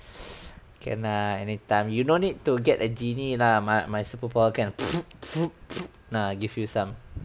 can lah anytime you no need to get a genie lah my my superpower can lah give you some